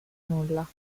nulla